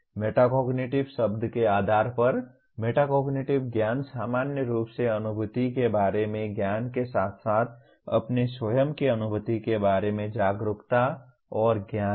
metacognitive शब्द के आधार पर मेटाकोग्निटिव ज्ञान सामान्य रूप से अनुभूति के बारे में ज्ञान के साथ साथ अपने स्वयं के अनुभूति के बारे में जागरूकता और ज्ञान है